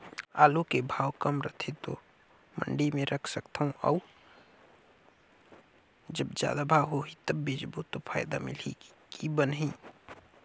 आलू के भाव कम रथे तो मंडी मे रख सकथव कौन अउ जब जादा भाव होही तब बेचबो तो फायदा मिलही की बनही?